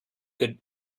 could